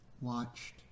watched